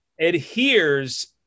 adheres